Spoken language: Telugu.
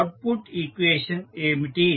అవుట్పుట్ ఈక్వేషన్ ఏమిటి